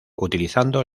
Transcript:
utilizando